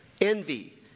envy